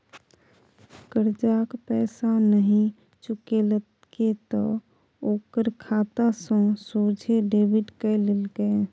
करजाक पैसा नहि चुकेलके त ओकर खाता सँ सोझे डेबिट कए लेलकै